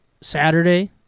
Saturday